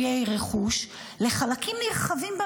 מאז אוגוסט אין תקנות פיצויי רכוש לחלקים נרחבים במדינה.